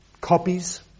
copies